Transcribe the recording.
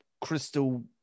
crystal